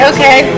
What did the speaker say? Okay